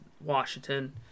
Washington